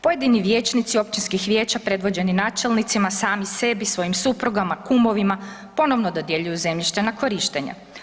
Pojedini vijećnici općinskih vijeća predvođeni načelnicima, sami sebi, svojim suprugama, kumovima ponovo dodjeljuju zemljište na korištenje.